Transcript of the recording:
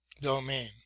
domain